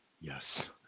Yes